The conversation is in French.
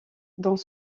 dans